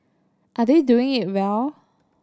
are they doing it well